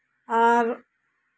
ᱟᱨ